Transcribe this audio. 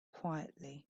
quietly